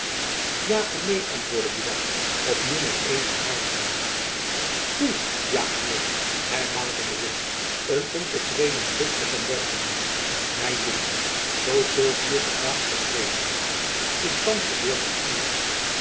ja en neen antwoordde buat op nieuw met eenige aarzeling hoe ja en neen herhaalde de witt een ontevreden blik op hem werpende my dunkt zoo sylvius het laatst geschreven heeft is thands de beurt aan u